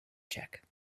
check